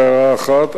הודעה אחת,